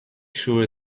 sure